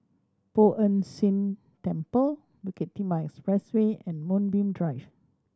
Poh Ern Shih Temple Bukit Timah Expressway and Moonbeam Drive